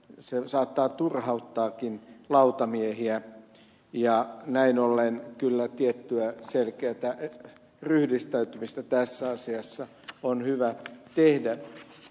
se saattaa turhauttaakin lautamiehiä ja näin ollen kyllä tiettyä selkeätä ryhdistäytymistä tässä asiassa on hyvä tehdä